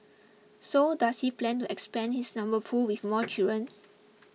so does he plan to expand his number pool with more children